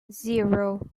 zero